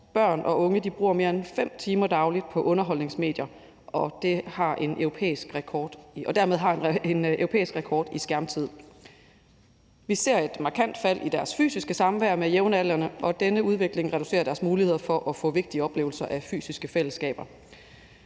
børn og unge bruger mere end 5 timer dagligt på underholdningsmedier og dermed har en europæisk rekord i skærmtid. Vi ser et markant fald i deres fysiske samvær med jævnaldrende, og denne udvikling reducerer deres muligheder for at få vigtige oplevelser af fysiske fællesskaber.